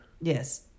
yes